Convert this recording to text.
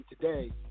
today